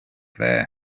there